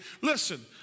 Listen